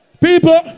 People